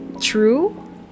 true